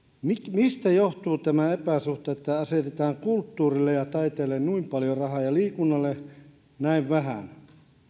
mistä johtuu tämä epäsuhta että asetetaan kulttuurille ja taiteelle noin paljon rahaa ja liikunnalle näin vähän